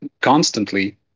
constantly